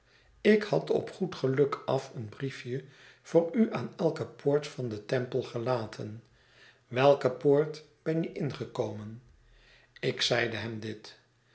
ik had op goed geluk af een briefje voor u aan elke poort van den temple gelaten welke poort ben je ingekomen ik zeide hem dit